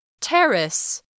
Terrace